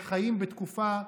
וחיים בתקופה,